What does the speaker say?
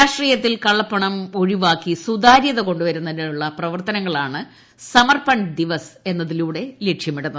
രാഷ്ട്രീയത്തിൽ കള്ളപ്പണം ഒഴിവാക്കി സുതാര്യത കൊണ്ടുവരുന്നതിനുള്ള പ്രവർത്തനങ്ങളാണ് സമർപ്പൺ ദിവസ് എന്നതിലൂടെ ലക്ഷ്യമിടുന്നത്